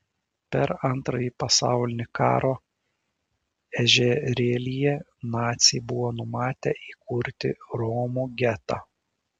per antrąjį pasaulinį karą ežerėlyje naciai buvo numatę įkurti romų getą